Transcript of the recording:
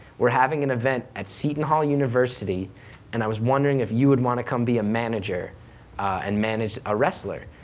we're having an event at seton hall university and i was wondering if you would want to come be a manager and manage a wrestler?